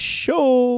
show